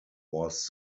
was